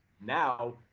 now